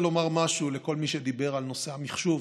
לכל מי שדיבר על נושא המחשוב.